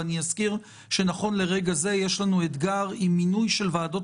אזכיר שנכון לרגע זה יש לנו אתגר עם מינוי של ועדות